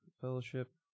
Fellowship